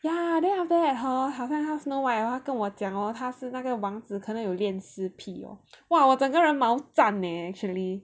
ya then after that hor 好像 Snow White 的话跟我讲 hor 他是那个王子可能有恋尸癖 hor !wah! 我整个人毛站 leh actually